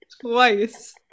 twice